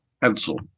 pencil